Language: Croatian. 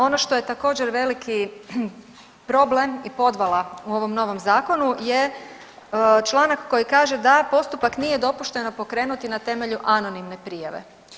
Ono što je također veliki problem i podvala u ovom novom zakonu je članak koji kaže da postupak nije dopušteno pokrenuti na temelju anonimne prijave.